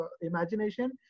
imagination